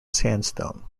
sandstone